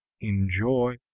enjoy